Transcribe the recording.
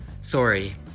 Sorry